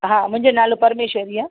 हा मुंहिंजो नालो परमेश्वरी आहे